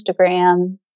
Instagram